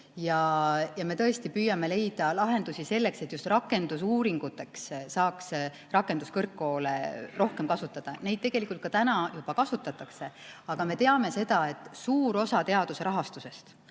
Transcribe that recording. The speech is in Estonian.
ja me tõesti püüame leida lahendusi selleks, et just rakendusuuringuteks saaks rakenduskõrgkoole rohkem kasutada. Neid tegelikult ka täna juba kasutatakse. Aga me teame seda, et suur osa teaduse rahastusest